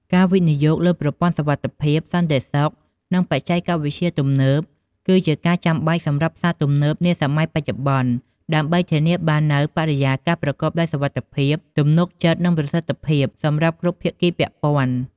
ការវិនិយោគលើប្រព័ន្ធសុវត្ថិភាព សន្តិសុខ និងបច្ចេកវិទ្យាទំនើប គឺជាការចាំបាច់សម្រាប់ផ្សារទំនើបនាសម័យបច្ចុប្បន្ន ដើម្បីធានាបាននូវ បរិយាកាសប្រកបដោយសុវត្ថិភាព ទំនុកចិត្ត និងប្រសិទ្ធភាព សម្រាប់គ្រប់ភាគីពាក់ព័ន្ធ។